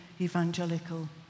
evangelical